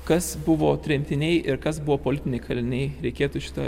kas buvo tremtiniai ir kas buvo politiniai kaliniai reikėtų šitai